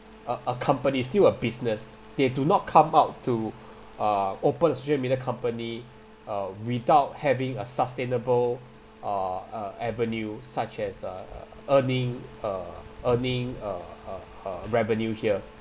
a a company still a business they do not come out to uh open a social media company uh without having a sustainable uh uh avenue such as uh earning uh earning uh uh uh revenue here